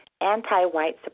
anti-white